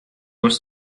was